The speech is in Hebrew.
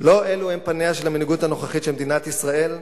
לא אלו הם פניה של המנהיגות הנוכחית של מדינת ישראל.